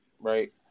right